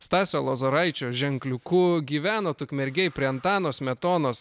stasio lozoraičio ženkliuku gyvenot ukmergėj prie antano smetonos